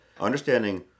understanding